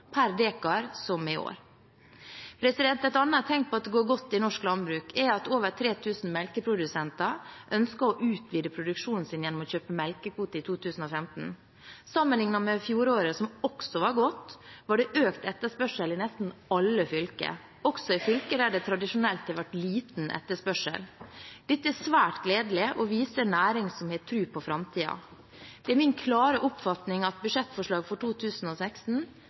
per dekar som i år. Et annet tegn på at det går godt i norsk landbruk, er at over 3 000 melkeprodusenter ønsket å utvide produksjonen sin gjennom å kjøpe melkekvote i 2015. Sammenlignet med fjoråret, som også var godt, var det økt etterspørsel i nesten alle fylker, også i fylker der det tradisjonelt har vært liten etterspørsel. Dette er svært gledelig og viser en næring som har tro på framtiden. Det er min klare oppfatning at budsjettforslaget for 2016